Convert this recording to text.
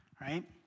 Right